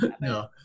No